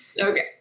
okay